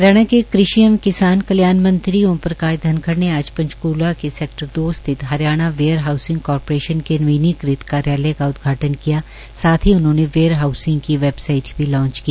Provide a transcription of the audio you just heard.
हरियाणा के कृषि एवं किसान कल्याण मंत्री ओम प्रकाश धनखड़ ने आज पंचकूला के सेक्टर दो स्थित हरियाणा वेयर हाउसिंग कारपोरेशन के के नवीनीकृत कार्यालय का उदघाटन किया साथ ही उन्होंने वेयर हाउसिंग की वेबसाइट भी लांच की